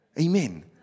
Amen